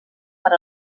per